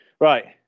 Right